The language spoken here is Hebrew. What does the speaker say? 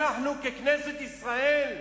אנחנו ככנסת ישראל,